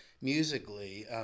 musically